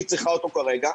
שהיא צריכה אותו כרגע.